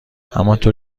همونطور